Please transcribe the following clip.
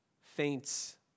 faints